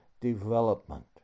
development